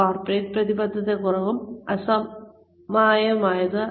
corporate പ്രതിബദ്ധത കുറവും അസമമായതുമാണ്